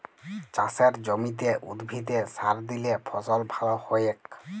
চাসের জমিতে উদ্ভিদে সার দিলে ফসল ভাল হ্য়য়ক